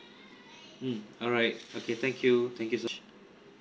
mm alright okay thank you thank you so much